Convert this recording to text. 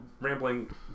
rambling